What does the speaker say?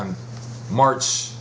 on march